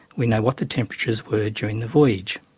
we know what the temperatures were during the voyage.